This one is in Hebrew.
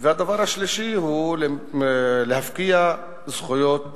והדבר השלישי הוא להפקיע זכויות